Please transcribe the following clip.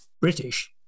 British